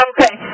Okay